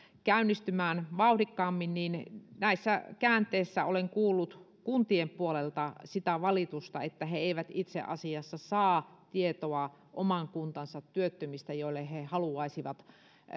käynnistymään vauhdikkaammin niin näissä käänteessä olen kuullut kuntien puolelta sitä valitusta että he eivät itse asiassa saa tietoa oman kuntansa työttömistä joille he haluaisivat